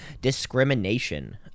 discrimination